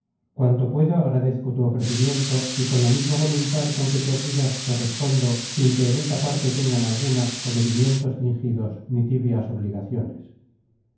cuanto puedo agradezco tu ofrecimiento y con la misma voluntad con que te obligas te respondo sin que en esta parte tengan alguna comedimientos fingidos ni tibias obligaciones